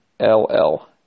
LL